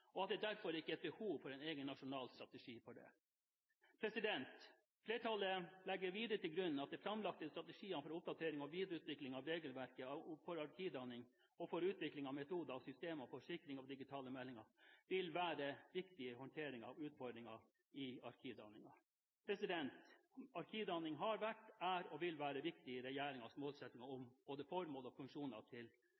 og at det derfor ikke er behov for en egen nasjonal strategi for det. Flertallet legger videre til grunn at de framlagte strategiene for oppdatering og videreutvikling av regelverket for arkivdanning og for utvikling av metoder og systemer for sikring av digitale meldinger vil være viktige i håndteringen av utfordringer i arkivdanningen. Arkivdanning har vært, er og vil være viktig i regjeringens målsettinger om